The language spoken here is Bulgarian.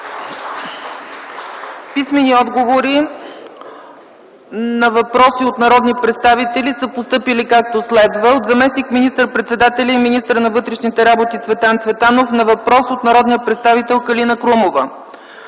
писмени отговори на въпроси от народни представители, както следва: - от заместник министър-председателя и министър на вътрешните работи Цветан Цветанов на въпрос от народния представител Калина Крумова;